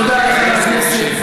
זה ממש לא הנושא של החוק הזה.